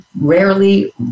rarely